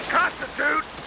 constitute